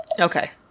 Okay